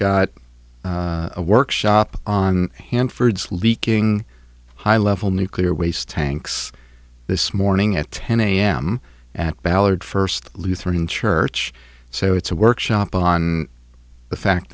got a workshop on hanford's leaking high level nuclear waste tanks this morning at ten am at ballard first lutheran church so it's a workshop on the fact